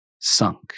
sunk